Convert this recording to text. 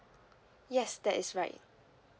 yes that is right